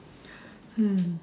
hmm